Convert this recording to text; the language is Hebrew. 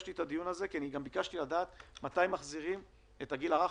ביקשתי לדעת מתי מחזירים את הגיל הרך.